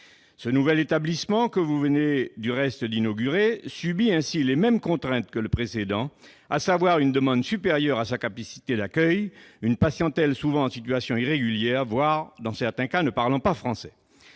Ce nouvel établissement, que vous venez d'inaugurer, subit ainsi les mêmes contraintes que le précédent, à savoir une demande supérieure à sa capacité d'accueil, une patientèle souvent en situation irrégulière, voire ne parlant pas français.